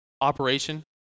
operation